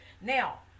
Now